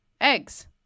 Eggs